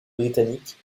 britanniques